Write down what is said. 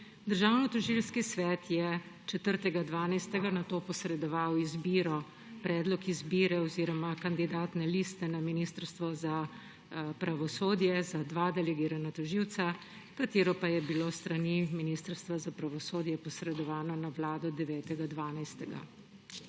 Državnotožilski svet je 4. 12. nato posredoval izbiro, predlog izbire oziroma kandidatne liste na Ministrstvo za pravosodje za dva delegirana tožilca, ki pa je bil s strani Ministrstva za pravosodje posredovan na Vlado 9. 12.